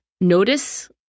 Notice